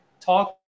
talk